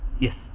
yes